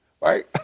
right